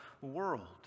world